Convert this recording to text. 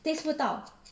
taste 不到